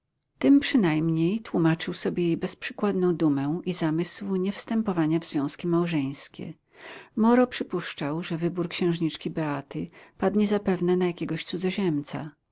tym przynajmniej tłumaczył sobie jej bezprzykładną dumę i zamysł niewstępowania w związki małżeńskie moro przypuszczał że wybór księżniczki beaty padnie zapewne na jakiegoś cudzoziemca